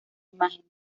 imágenes